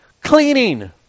cleaning